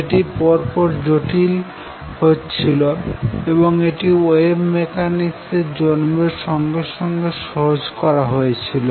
এটি পরপর জটিল হচ্ছিল এবং এটি ওয়েভ মেকানিক্সের জন্মের সঙ্গে সঙ্গে সহজ করা হয়েছিল